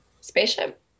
Spaceship